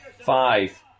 Five